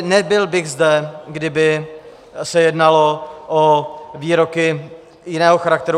Nebyl bych zde, kdyby se jednalo o výroky jiného charakteru.